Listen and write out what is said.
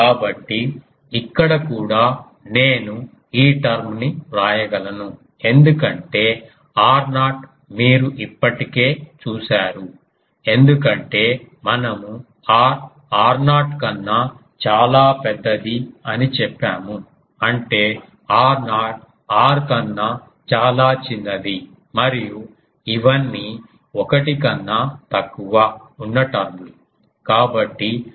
కాబట్టి ఇక్కడ కూడా నేను ఈ టర్మ్ ని వ్రాయగలను ఎందుకంటే r0 మీరు ఇప్పటికే చూశారు ఎందుకంటే మనము r r0 కన్నా చాలా పెద్దది అని చెప్పాము అంటే r0 r కన్నా చాలా చిన్నది మరియు ఇవన్నీ 1 కన్నా తక్కువ ఉన్న టర్మ్ లు